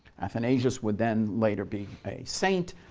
athanasius would then later be a saint,